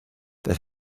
that